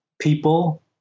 people